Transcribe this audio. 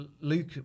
Luke